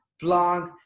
blog